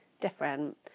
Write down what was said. different